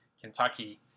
Kentucky